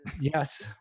Yes